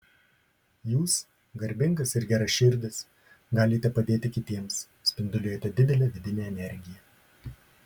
jūs garbingas ir geraširdis galite padėti kitiems spinduliuojate didelę vidinę energiją